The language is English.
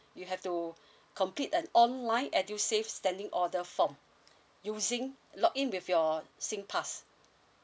you have to complete an online edusave standing order form using log in with your singpass